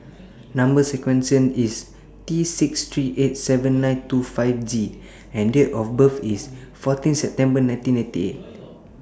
Number sequence IS T six three eight seven nine two five G and Date of birth IS fourteen September nineteen ninety eight